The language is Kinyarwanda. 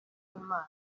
w’imana